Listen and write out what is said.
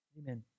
Amen